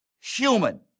human